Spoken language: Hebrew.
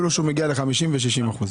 אפילו שהוא מגיע ל-50% ו-60%?